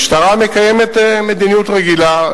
המשטרה מקיימת מדיניות רגילה,